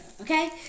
okay